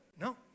No